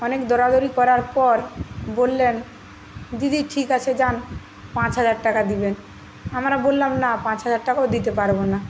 অনেক দরাদরি করার পর বললেন দিদি ঠিক আছে যান পাঁচ হাজার টাকা দিবেন আমরা বললাম না পাঁচ হাজার টাকাও দিতে পারবো না